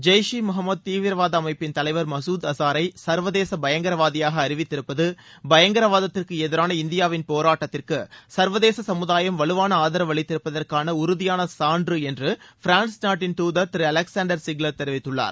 ஜெய்ஷ் இ முகமது தீவிரவாத அமைப்பின் தலைவர் மசூத் அசாரை ச்வதேச பயங்கரவாதியாக அறிவித்திருப்பது பயங்கரவாதத்திற்கு எதிரான இந்தியாவின் போராட்டத்திற்கு சர்வதேச சமுதாயம் வலுவான ஆதரவு அளித்திருப்பதற்கான உறுதியான சான்று என்று பிரான்ஸ் நாட்டின் தூதர் திரு அலெக்சாண்டர் சிக்லர் தெரிவித்துள்ளார்